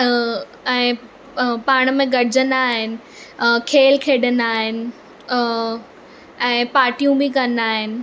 ऐं पाण में गॾिजंदा आहिनि खेल खेॾंदा इन ऐं पाटियूं बि कंदा आहिनि